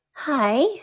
Hi